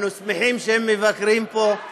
אנחנו שמחים שהם מבקרים פה,